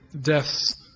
death's